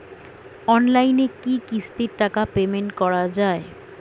অনলাইনে কি কিস্তির টাকা পেমেন্ট করা যায়?